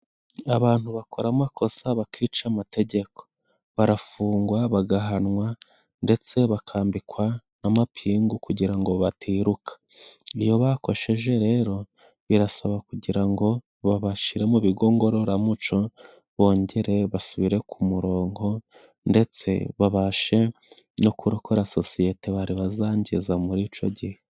Abantu bakora amakosa bakica amategeko barafungwa, bagahanwa ndetse bakambikwa n'amapingu kugira ngo batiruka. Iyo bakosheje rero birasaba kugira ngo babashire mu bigo ngororamuco bongere basubire ku muronko, ndetse babashe no kurokora sosiyete bari bazangiza muri ico gihe.